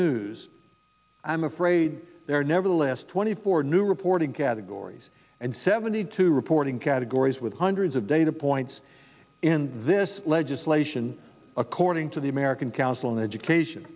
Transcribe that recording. news i'm afraid there are nevertheless twenty four new reporting categories and seventy two reporting categories with hundreds of data points in this legislation according to the american council on education